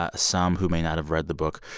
ah some who may not have read the book,